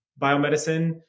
biomedicine